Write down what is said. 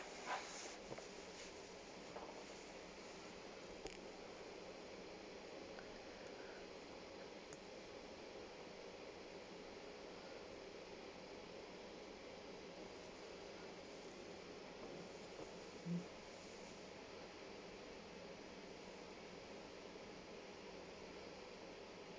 mm